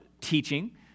teaching